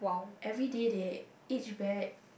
every day they each back